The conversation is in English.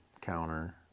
counter